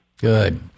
Good